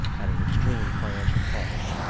at an extreme financial cost.